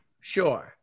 Sure